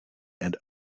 and